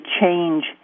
change